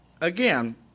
again